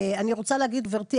אני רוצה להגיד לגברתי,